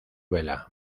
vela